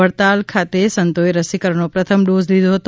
વડતાલ ખાતે સંતોએ રસીકરણનો પ્રથમ ડોઝ લીધો હતો